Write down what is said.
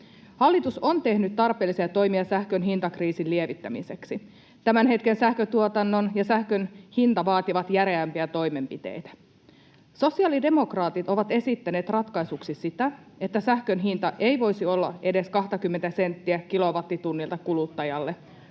Hallitus on tehnyt tarpeellisia toimia sähkön hintakriisin lievittämiseksi. Tämän hetken sähköntuotannon ja sähkön hinta vaativat järeämpiä toimenpiteitä. Sosiaalidemokraatit ovat esittäneet ratkaisuksi sitä, että sähkön hinta ei voisi olla edes 20:tä senttiä kilowattitunnilta kuluttajalle.